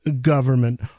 government